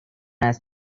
است